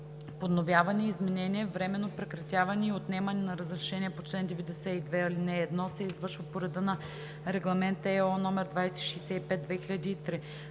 Подновяване, изменение, временно прекратяване и отнемане на разрешение по чл. 92, ал. 1 се извършват по реда на Регламент (ЕО) № 2065/2003.